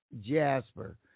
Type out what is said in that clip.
Jasper